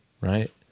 right